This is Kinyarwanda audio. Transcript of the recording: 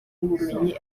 n’ubumenyi